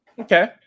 Okay